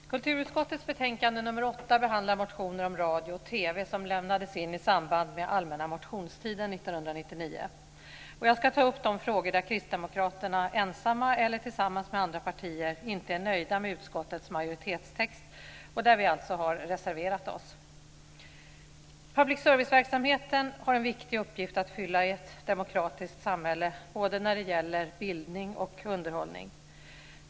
Herr talman! Kulturutskottets betänkande nr 8 behandlar motioner om radio och TV som lämnades in i samband med allmänna motionstiden år 1999. Jag ska ta upp de frågor där kristdemokraterna ensamma eller tillsammans med andra partier inte är nöjda med utskottets majoritetstext och där vi alltså har reserverat oss. Public service-verksamheten har en viktig uppgift att fylla i ett demokratiskt samhälle både när det gäller bildning och underhållning.